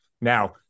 Now